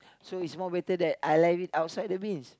so it more better than I left it outside the bins